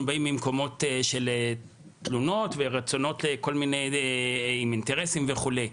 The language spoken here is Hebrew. באים ממקומות של תלונות ורצונות עם אינטרסים וכולי.